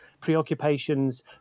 preoccupations